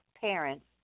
parents